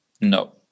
No